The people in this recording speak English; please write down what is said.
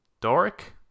Doric